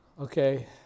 Okay